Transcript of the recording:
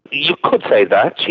you could say that,